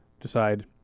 decide